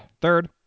Third